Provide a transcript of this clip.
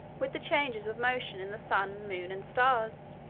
with the changes of motion in the sun, moon, and stars!